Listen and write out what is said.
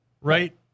Right